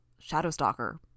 Shadowstalker